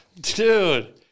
Dude